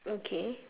okay